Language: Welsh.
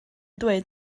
dweud